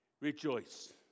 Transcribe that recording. Rejoice